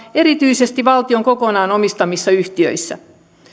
erityisesti valtion kokonaan omistamissa yhtiöissä